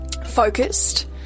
focused